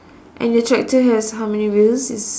and the tractor has how many wheels is